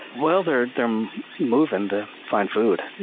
well, they're they're um moving to find food.